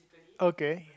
okay